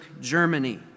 Germany